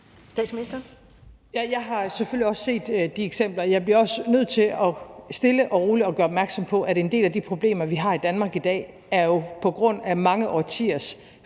Frederiksen): Jeg har selvfølgelig også set de eksempler, og jeg bliver også nødt til stille og roligt at gøre opmærksom på, at en del af de problemer, vi har i Danmark i dag, jo er på grund af mange årtiers